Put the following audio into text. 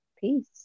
peace